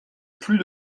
plus